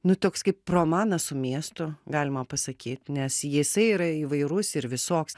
nu toks kaip romanas su miestu galima pasakyt nes jisai yra įvairus ir visoks